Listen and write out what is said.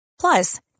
Plus